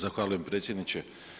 Zahvaljujem predsjedniče.